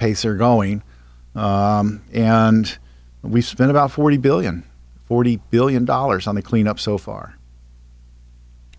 pace are growing and we spent about forty billion forty billion dollars on the cleanup so far